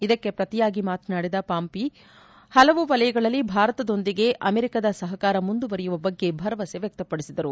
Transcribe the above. ಇದಕ್ಕೆ ಪ್ರತಿಯಾಗಿ ಮಾತನಾಡಿದ ಪಾಂಪಿಯೋ ಹಲವು ವಲಯಗಳಲ್ಲಿ ಭಾರತದೊಂದಿಗೆ ಅಮೆರಿಕದ ಸಹಕಾರ ಮುಂದುವರಿಯುವ ಬಗ್ಗೆ ಭರವಸೆ ವ್ಯಕ್ತಪದಿಸಿದರು